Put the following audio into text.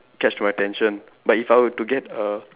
catch my attention but if I were to get a